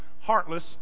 heartless